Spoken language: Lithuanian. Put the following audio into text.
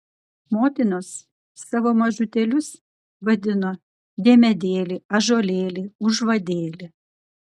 motinos savo mažutėlius vadino diemedėli ąžuolėli užvadėli